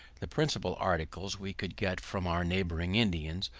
the principal articles we could get from our neighbouring indians,